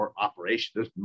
operation